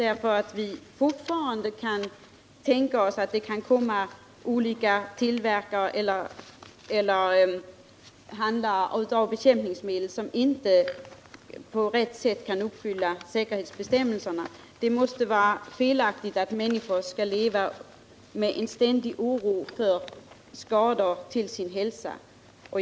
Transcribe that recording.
Även i framtiden kan det inträffa att tillverkare av bekämpningsmedel inte på rätt sätt följer säkerhetsbestämmelserna, och det måste vara fel att människor tvingas leva i ständig oro för skador till sin hälsa.